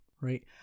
right